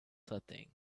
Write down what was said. setting